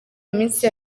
iminsi